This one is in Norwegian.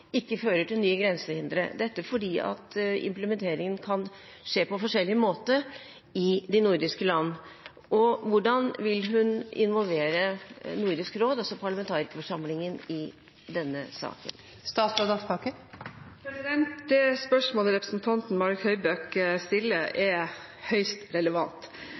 ikke fører til nye grensehindre – dette fordi implementeringen kan skje på forskjellig måte i de nordiske land? Og: Hvordan vil hun involvere Nordisk råd og også parlamentarikerforsamlingen i denne saken? Spørsmålet representanten Marit Nybakk stiller, er høyst relevant.